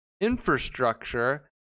infrastructure